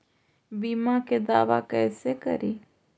बीमा के दावा कैसे करी?